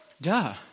Duh